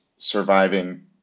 surviving